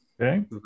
Okay